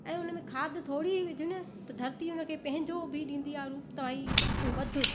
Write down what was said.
ऐं उनमें खादु थोरी ई विझ न त धरती उनखे पंहिंजो बि ॾींदी आहे रूप त हूअ ई तू वधि